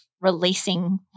releasing